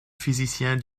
physiciens